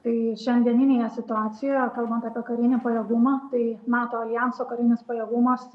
tai šiandieninėje situacijoje kalbant apie karinį pajėgumą tai nato aljanso karinis pajėgumas